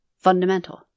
fundamental